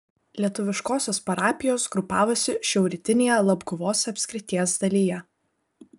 lietuviškosios parapijos grupavosi šiaurrytinėje labguvos apskrities dalyje